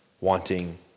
wanting